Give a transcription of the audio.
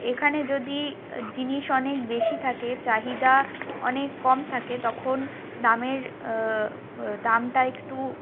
এখানে যদি জিনিস অনেক বেশি থাকে চাহিদা অনেক কম থাকে তখন দামের দামটা একটু